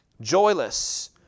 Joyless